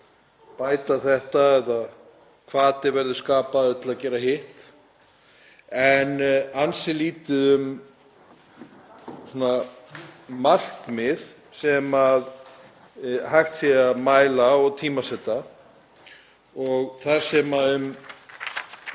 bæta þetta eða hvati verði skapaður til að gera hitt en ansi lítið um markmið sem hægt er að mæla og tímasetja. Þar sem um